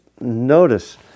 notice